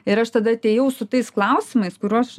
ir aš tada atėjau su tais klausimais kuriuos